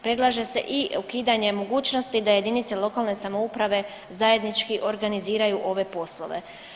Predlaže se i ukidanje mogućnosti da jedinice lokalne samouprave zajednički organiziraju ove poslove.